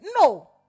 No